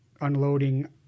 unloading